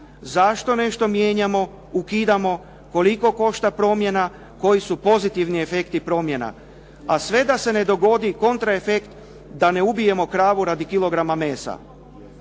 Zašto nešto mijenjamo, ukidamo, koliko košta promjena, koji su pozitivni efekti promjena? A sve da se ne dogodi kontra efekt da ne ubijemo kravu radi kilograma mesa.